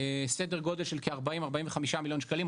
סדר גודל של 40-45 מיליוני שקלים,